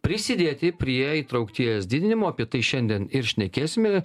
prisidėti prie įtraukties didinimo apie tai šiandien ir šnekėsime